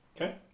Okay